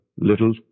little